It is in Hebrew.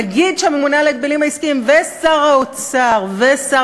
נגיד שהממונה על ההגבלים העסקיים ושר האוצר ושר